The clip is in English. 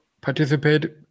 participate